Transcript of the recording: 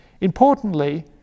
Importantly